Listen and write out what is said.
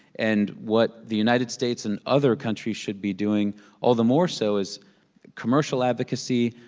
and what the united states and other countries should be doing all the more so is commercial advocacy,